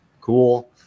cool